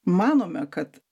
manome kad